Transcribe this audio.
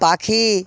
পাখি